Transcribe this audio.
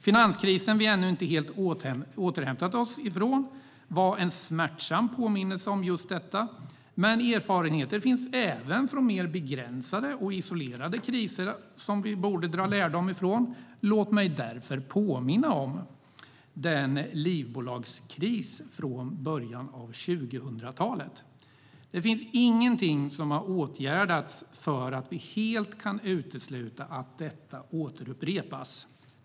Finanskrisen som vi ännu inte helt har återhämtat oss ifrån var en smärtsam påminnelse om just detta, men det finns även erfarenheter från mer begränsade och isolerade kriser som vi kan dra lärdom av. Låt mig därför påminna om livbolagskrisen från början av 2000-talet. Det finns ingenting som har åtgärdats för att vi helt ska kunna utesluta att detta återupprepas.